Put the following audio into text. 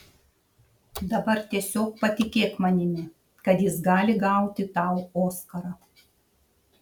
dabar tiesiog patikėk manimi kad jis gali gauti tau oskarą